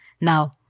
Now